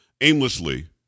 aimlessly